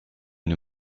une